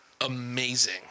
Amazing